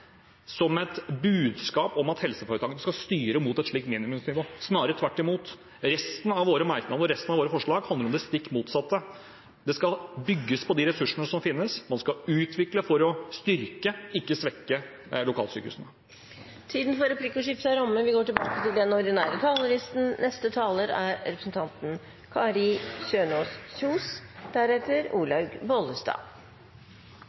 som et budskap om at helseforetakene skal styre mot et slikt minimumsnivå. Snarere tvert imot – resten av våre merknader og resten av våre forslag handler om det stikk motsatte: Det skal bygges på de ressursene som finnes, man skal utvikle for å styrke, ikke svekke lokalsykehusene. Replikkordskiftet er omme. I Fremskrittspartiets partiprogram kan man lese om sykehus at vi